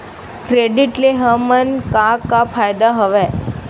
Credit ले हमन का का फ़ायदा हवय?